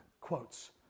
quotes